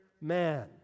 man